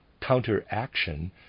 counteraction